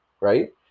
right